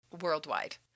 worldwide